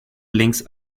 links